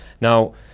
Now